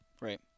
Right